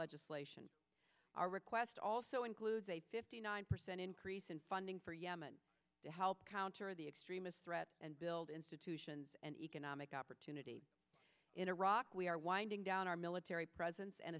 legislation our request also includes a fifty nine percent increase in funding for yemen to help counter the extremist threat and build institutions and economic opportunity in iraq we are winding down our military presence and